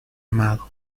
amado